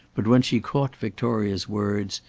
but when she caught victoria's words,